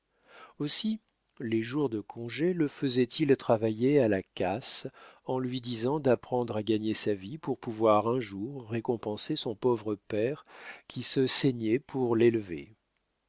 aussi les jours de congé le faisait-il travailler à la casse en lui disant d'apprendre à gagner sa vie pour pouvoir un jour récompenser son pauvre père qui se saignait pour l'élever